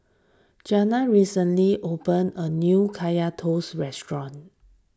Janna recently opened a new Kaya Toast restaurant